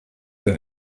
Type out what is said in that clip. der